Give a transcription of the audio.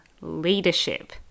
leadership